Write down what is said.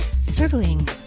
Circling